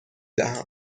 دهم